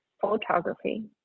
photography